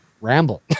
ramble